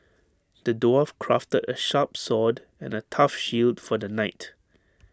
the dwarf crafted A sharp sword and A tough shield for the knight